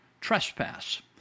trespass